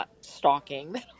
stalking